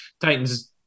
Titans